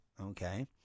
okay